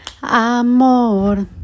amor